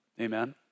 Amen